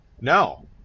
No